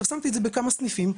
פרסמתי את זה בכמה סניפים,